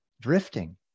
Drifting